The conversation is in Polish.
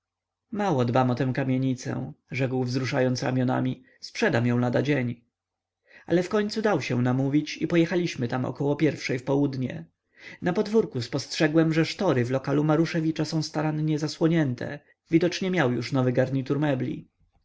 mało dbam o tą kamienicę rzekł wzruszając ramionami sprzedam ją ladadzień ale wkońcu dał się namówić i pojechaliśmy tam około pierwszej w południe na podwórku spostrzegłem że sztory w lokalu maruszewicza są starannie zasłonięte widocznie miał już nowy garnitur mebli